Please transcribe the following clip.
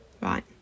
Right